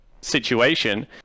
situation